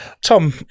Tom